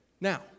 Now